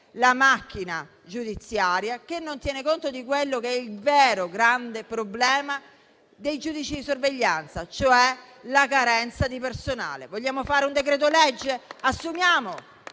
la macchina giudiziaria, perché non tiene conto del vero, grande problema dei giudici di sorveglianza, cioè la carenza di personale. Vogliamo fare un decreto-legge? Assumiamo,